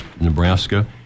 Nebraska